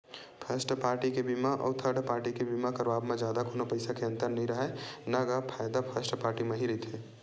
first party के बीमा अउ थर्ड पाल्टी के बीमा करवाब म जादा कोनो पइसा के अंतर नइ राहय न गा फायदा फस्ट पाल्टी म ही रहिथे